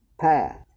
path